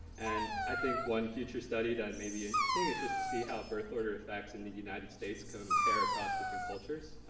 and i think one future study that may be interesting is just to see how birth order effects in the united states compare across different cultures.